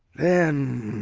then